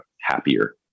happier